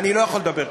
אני לא יכול לדבר ככה.